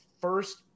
first